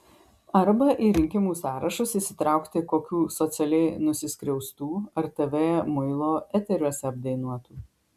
arba į rinkimų sąrašus įsitraukti kokių socialiai nusiskriaustų ar tv muilo eteriuose apdainuotų